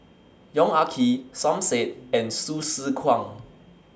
Yong Ah Kee Som Said and Hsu Tse Kwang